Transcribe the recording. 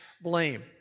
blame